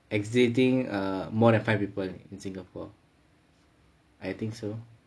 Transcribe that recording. existing err more than five people in singapore I think so